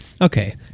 Okay